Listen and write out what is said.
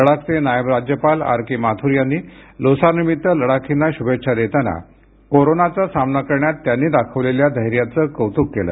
लडाखचे नायब राज्यपाल आर के माथुर यांनी लोसारनिमित्त लडाखींना शुभेच्छा देताना कोरोनाचा सामना करण्यात त्यांनी दाखविलेल्या धैर्याचं कौतुक केलं